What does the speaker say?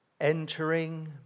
entering